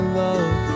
love